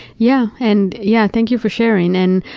yeah. and, yeah, thank you for sharing. and,